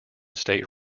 state